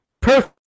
perfect